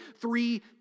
three